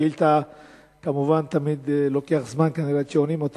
בשאילתא זה כמובן לוקח זמן, עד שעונים.